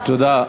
תודה.